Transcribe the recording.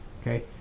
okay